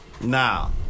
Now